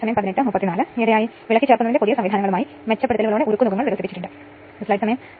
അതിനാൽ ട്രാൻസ്ഫോർമറിനായി ഞാൻ പരിഗണിക്കുന്ന അവസാന പ്രശ്നമാണിത്